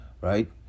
right